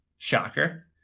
shocker